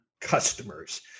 customers